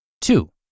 Two